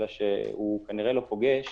אלא שהוא כנראה לא פוגש